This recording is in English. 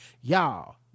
y'all